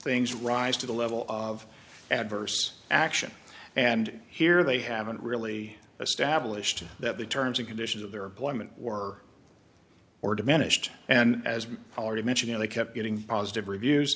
rise to the level of adverse action and here they haven't really established that the terms and conditions of their employment were or diminished and as already mentioned they kept getting positive reviews